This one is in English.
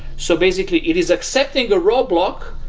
so basically, it is accepting a roadblock,